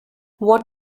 what